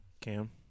Cam